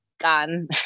gone